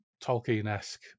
Tolkien-esque